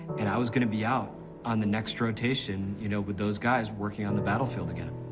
and i was gonna be out on the next rotation, you know, with those guys, working on the battlefield again.